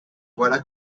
voilà